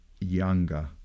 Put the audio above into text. Younger